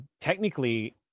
technically